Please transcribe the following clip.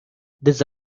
these